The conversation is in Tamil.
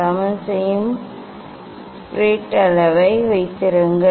சமன் செய்யும் ஸ்பிரிட் அளவை வைத்திருங்கள்